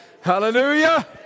Hallelujah